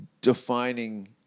defining